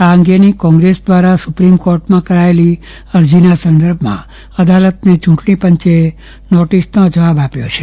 આ અંગેની કોંગ્રેસ દ્વારા સુપ્રીમ કોર્ટમાં કરાયેલી અરજીના સંદર્ભમાં અદાલતને યુંટણીપંચે નોટીસનો જવાબ પાઠવ્યો છે